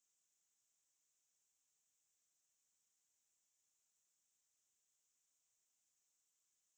ya அடுத்த நாள்:adutha naal